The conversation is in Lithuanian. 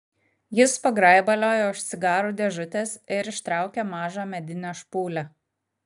jis pagrabaliojo už cigarų dėžutės ir ištraukė mažą medinę špūlę